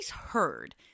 heard